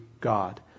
God